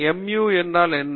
Mu என்ன